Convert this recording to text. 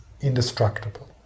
indestructible